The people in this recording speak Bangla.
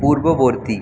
পূর্ববর্তী